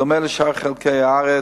בדומה לשאר חלקי הארץ,